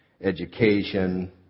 education